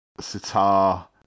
sitar